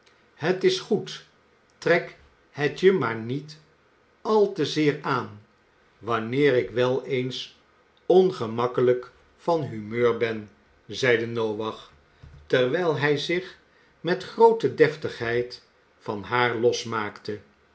het is goed trek het je maar niet al te zeer aan wanneer ik wel eens ongemakkelijk van humeur ben zeide naach terwijl hij zich met groote deftigheid van haar losmaakte